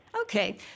Okay